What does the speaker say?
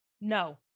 No